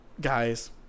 Guys